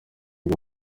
bwo